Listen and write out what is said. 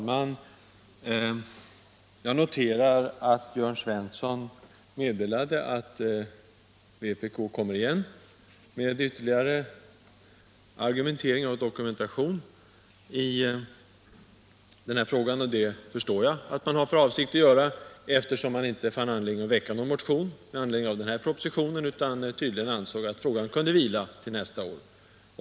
Herr talman! Jörn Svensson meddelade att vpk kommer igen med ytterligare argumentering och dokumentation i den här frågan. Jag förstår att man har för avsikt att göra det, eftersom man inte fann skäl att väcka en motion i anledning av den här propositionen, utan tydligen ansåg att frågan kunde vila till nästa år.